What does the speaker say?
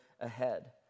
ahead